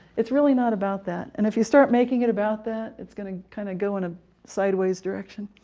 it's really not about that, and if you start making it about that, it's gonna kind of go in a sideways direction.